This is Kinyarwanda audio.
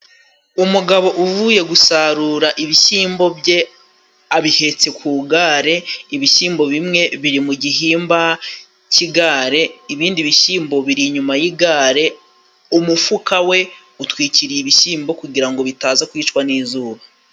Umugabo uvuye gusarura ibishyimbo bye abihetse ku gare, ibishyimbo bimwe biri mu gihimba cy'igare ibindi bishyimbo biri inyuma y'igare, umufuka we utwikiriye ibishyimbo kugira ngo bitaza kwicwa n'izuba.